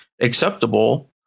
acceptable